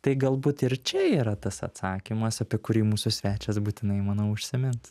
tai galbūt ir čia yra tas atsakymas apie kurį mūsų svečias būtinai manau užsimins